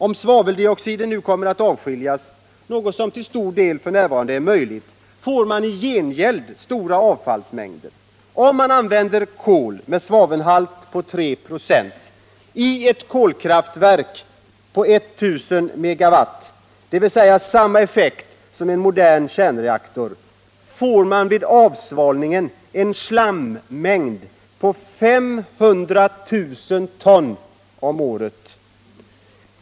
Om svaveldioxiden nu kommer att avskiljas, något som till stor del f. n. är möjligt, får man i gengäld stora avfallsmängder. Om man använder kol med en svavelhalt på 3 96 i ett kolkraftverk på 1000 MW, dvs. samma effekt som en modern kärnreaktor, får man vid avsvavlingen en slammängd på 500 000 ton om året.